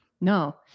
No